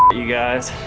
you guys